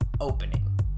opening